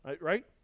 right